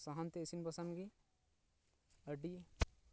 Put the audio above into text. ᱥᱟᱦᱟᱱ ᱛᱮ ᱤᱥᱤᱱ ᱵᱟᱥᱟᱝ ᱜᱮ ᱟᱹᱰᱤ